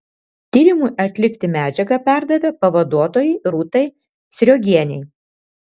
tyrimui atlikti medžiagą perdavė pavaduotojai rūtai sriogienei